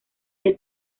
del